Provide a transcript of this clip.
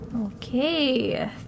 Okay